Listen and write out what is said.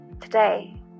Today